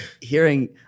hearing